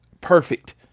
perfect